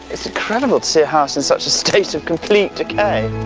it's incredible to see a house in such a state of complete decay!